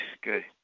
good